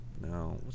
No